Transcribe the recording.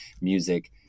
music